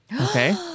Okay